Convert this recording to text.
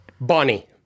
Bonnie